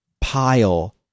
pile